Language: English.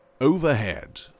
Overhead